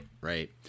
Right